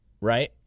right